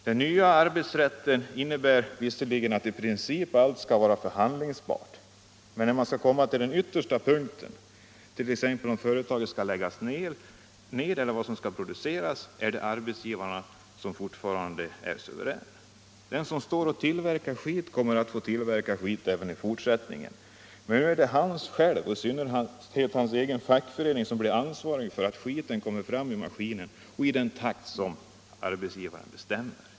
Den nya arbetsrätten innebär visserligen att i princip allt ska vara förhandlingsbart, men när man kommer till den yttersta punkten — t.ex. om företaget ska läggas ner och vad som ska produceras — är arbetsgivaren fortfarande suverän. Den som står och tillverkar skit kommer att få tillverka skit även i fortsättningen. Men nu är det han själv och i synnerhet hans egen fackförening som blir ansvarig för att skiten kommer ur maskinerna i den takt som arbetsgivarna bestämmer.